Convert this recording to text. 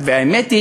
והאמת היא